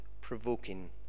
provoking